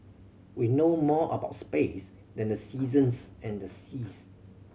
we know more about space than the seasons and the seas